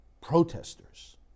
protesters